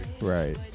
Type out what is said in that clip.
Right